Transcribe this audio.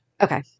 Okay